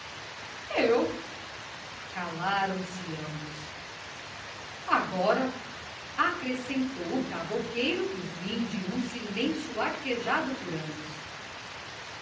eu calaram-se ambos agora acrescentou o cavouqueiro no fim de um silêncio arquejado por ambos